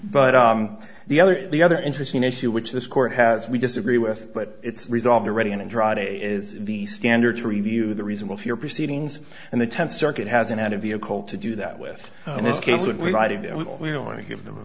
but on the other the other interesting issue which this court has we disagree with but it's resolved already and dry is the standard to review the reasonable fear proceedings and the tenth circuit hasn't had a vehicle to do that with this case and we don't want to give them a